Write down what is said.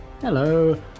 hello